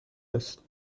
است